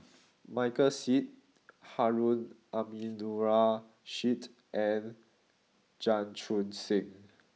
Michael Seet Harun Aminurrashid and Chan Chun Sing